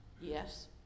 Yes